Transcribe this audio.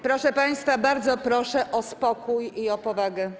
Proszę państwa, bardzo proszę o spokój i o powagę.